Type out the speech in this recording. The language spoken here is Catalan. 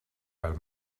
pel